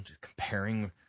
comparing